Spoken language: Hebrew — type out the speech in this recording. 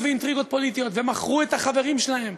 ואינטריגות פוליטיות ומכרו את החברים שלהם,